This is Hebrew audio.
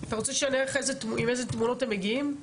אתה רוצה שאני אראה לך עם איזה כלים הם מגיעים?